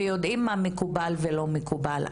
ויודעים מה מקובל ולא מקובל,